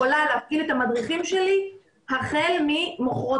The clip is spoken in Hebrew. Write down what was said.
אני אישית יכולה להפעיל את המדריכים שלי החל ממוחרתיים,